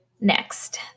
Next